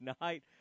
night